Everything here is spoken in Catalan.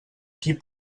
qui